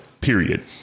period